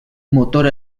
motor